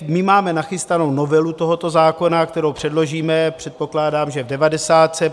My máme nachystanou novelu tohoto zákona, kterou předložíme, předpokládám, že v devadesátce.